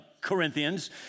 Corinthians